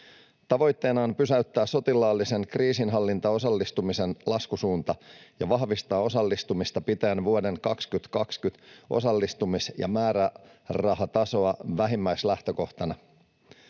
Tavoitteena on pysäyttää sotilaalliseen kriisinhallintaan osallistumisen laskusuunta ja vahvistaa osallistumista pitäen vuoden 2020 osallistumis- ja määrärahatasoa vähimmäislähtökohtana.